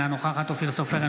אינה נוכחת אופיר סופר,